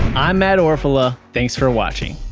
i'm matt orfalea. thanks for watching.